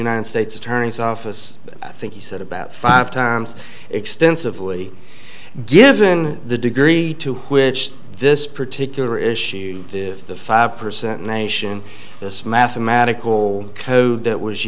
united states attorney's office i think he said about five times extensively given the degree to which this particular issue the five percent nation this mathematical code that was